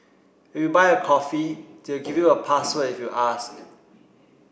if you buy a coffee they'll give you a password if you ask